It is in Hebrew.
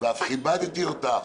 ואף כיבדתי אותך.